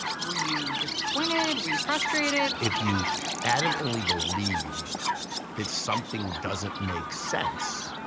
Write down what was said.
were you disappointed? were you frustrated? if you adamantly believe that something doesn't make sense,